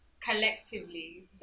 Collectively